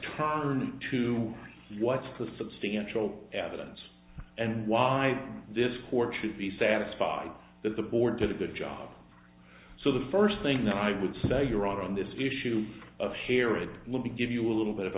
turn to what's the substantial evidence and why this court should be satisfied that the board did a good job so the first thing that i would say your honor on this issue of harriet let me give you a little bit of